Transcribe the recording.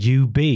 UB